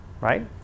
right